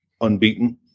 unbeaten